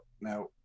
now